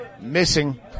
missing